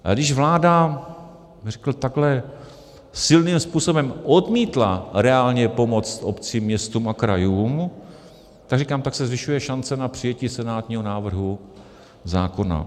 Ale když vláda takhle silným způsobem odmítla reálně pomoct obcím, městům a krajům, tak říkám, zvyšuje se šance na přijetí senátního návrhu zákona.